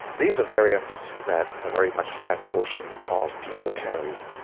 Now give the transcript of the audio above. these are variants that a very much higher proportion of people carry.